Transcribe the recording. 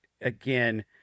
again